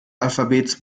alphabets